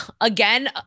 again